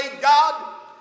God